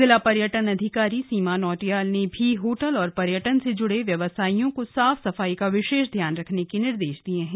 जिला पर्यटन अधिकारी सीमा नौटियाल ने भी होटल और पर्यटन से ज्डे व्यवसायियों को साफ सफाई का विशेष ध्यान रखने के निर्देश दिए हैं